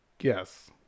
Yes